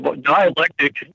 dialectic